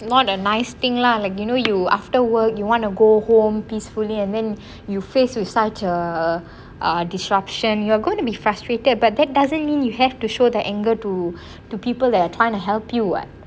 what a nice thing lah like you know you after work you want to go home peacefully and then you face with such a err disruption you are gonna be frustrated but that doesn't mean you have to show the anger to to people there trying to help you what